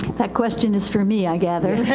that question is for me i gather.